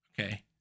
okay